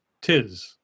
tis